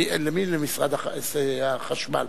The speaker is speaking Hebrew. למי החשמל?